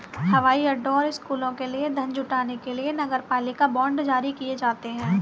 हवाई अड्डों और स्कूलों के लिए धन जुटाने के लिए नगरपालिका बांड जारी किए जाते हैं